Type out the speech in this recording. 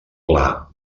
pla